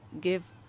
give